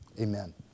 Amen